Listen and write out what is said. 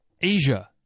Asia